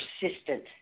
persistent